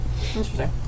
Interesting